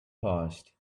passed